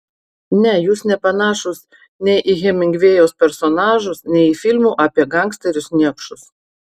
ne jūs nepanašūs nei į hemingvėjaus personažus nei į filmų apie gangsterius niekšus